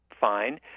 fine